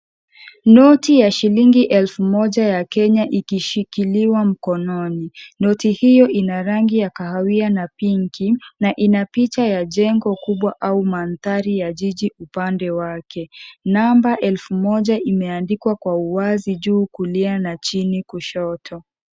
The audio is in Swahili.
Noti ya shilingi elfu moja ya Kenya ikishikiliwa mkononi noti hiyo ina rangi ya kahawia na pinki na ina picha ya jengo kubwa au mandhari ya jiji upande wake namba elfu moja imeandikwa kwa uwazi juu kulia na chini kushoto.